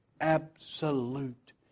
Absolute